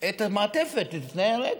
את המעטפת, את תנאי הרקע.